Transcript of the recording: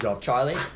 Charlie